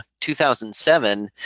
2007